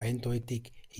eindeutig